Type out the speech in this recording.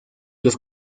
los